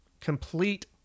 Complete